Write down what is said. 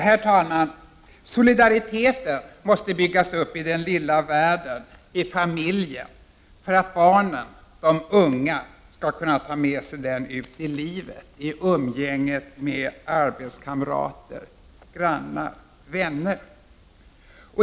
Herr talman! Solidariteten måste byggas upp i den lilla världen, i familjen, för att barnen, de unga, skall kunna ta med sig den ut i livet, i umgänget med arbetskamrater, grannar och vänner.